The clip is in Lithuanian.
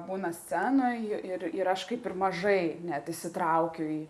būna scenoj ir ir aš kaip ir mažai net įsitraukiu į